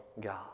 God